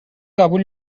قبول